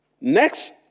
next